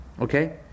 Okay